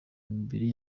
imibiri